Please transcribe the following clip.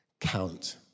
count